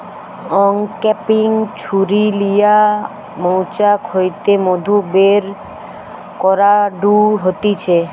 uncapping ছুরি লিয়া মৌচাক হইতে মধু বের করাঢু হতিছে